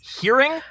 hearing